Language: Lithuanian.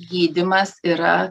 gydymas yra